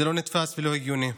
זה לא נתפס ולא הגיוני.